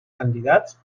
candidats